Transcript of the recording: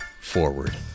forward